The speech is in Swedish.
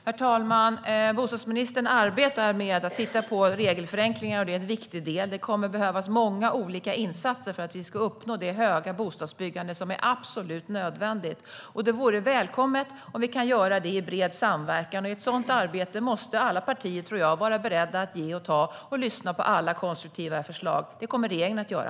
Herr talman! Bostadsministern arbetar med att titta på regelförenklingar, för det är en viktig del. Det kommer att behövas många olika insatser för att vi ska uppnå det höga bostadsbyggande som är absolut nödvändigt. Det vore välkommet om vi kan göra det i bred samverkan, och i ett sådant arbete måste alla partier vara beredda att ge och ta och lyssna på alla konstruktiva förslag. Det kommer regeringen att göra.